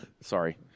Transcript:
sorry